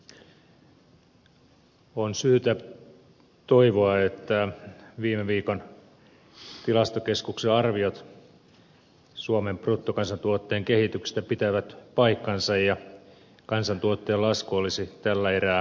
on syytä toivoa että tilastokeskuksen viime viikon arviot suomen bruttokansantuotteen kehityksestä pitävät paikkansa ja kansantuotteen lasku olisi tällä erää ohitse